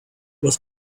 was